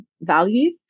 value